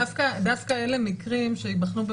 דווקא אלה מקרים שייבחנו,